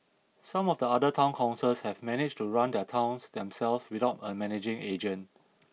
some of the other town councils have managed to run their towns themselves without a managing agent